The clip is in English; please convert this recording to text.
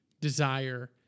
desire